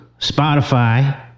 Spotify